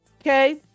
Okay